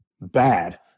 bad